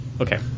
Okay